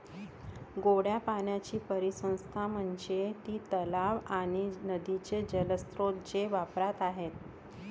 गोड्या पाण्याची परिसंस्था म्हणजे ती तलाव आणि नदीचे जलस्रोत जे वापरात आहेत